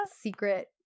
secret